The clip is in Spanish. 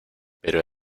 pero